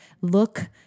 look